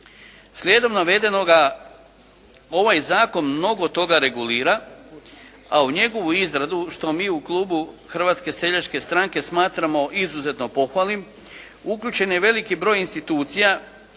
Slijedom navedenoga ovaj zakon mnogo toga regulira, a u njegovu izradu što mi u klubu Hrvatske seljačke stranke smatramo izuzetno pohvalnim uključen je veliki broj institucija,